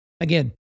Again